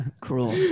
cruel